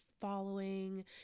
following